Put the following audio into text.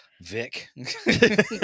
Vic